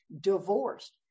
Divorced